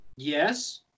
Yes